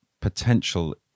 potential